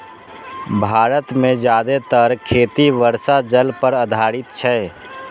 भारत मे जादेतर खेती वर्षा जल पर आधारित छै